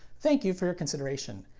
thank you for your consideration.